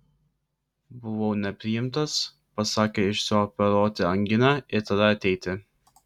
buvau nepriimtas pasakė išsioperuoti anginą ir tada ateiti